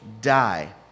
die